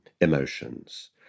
emotions